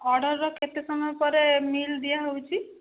ଅର୍ଡ଼ର୍ର କେତେ ସମୟ ପରେ ମିଲ୍ ଦିଆହେଉଛି